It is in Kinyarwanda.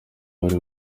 bari